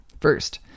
First